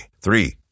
Three